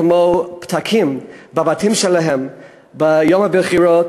כמו פתקים בבתים שלהם ביום הבחירות,